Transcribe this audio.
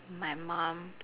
my mum